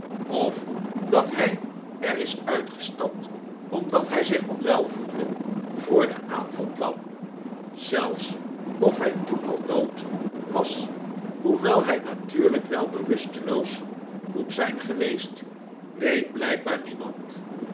of dat hij er is uitgestapt omdat hij zich david copperfield onwel voelde voor de aanval kwam zelfs of hij toen al dood was hoewel hij natuurlijk wel bewusteloos moet zijn geweest weet blijkbaar niemand